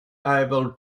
able